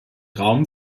raum